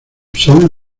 son